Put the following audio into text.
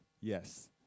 Yes